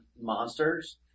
monsters